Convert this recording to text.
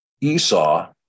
Esau